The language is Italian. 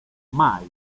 mai